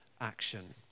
action